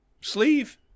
sleeve